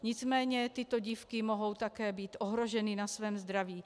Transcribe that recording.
Nicméně tyto dívky mohou také být ohroženy na svém zdraví.